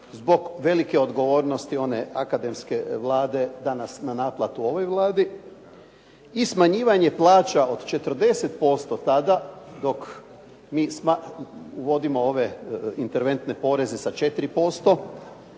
zbog velike odgovornosti one akademske Vlade danas na naplatu ovoj Vladi i smanjivanje plaća od 40% tada dok mi uvodimo ove interventne poreze sa 4%,